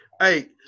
Hey